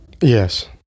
Yes